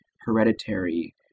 hereditary